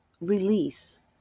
release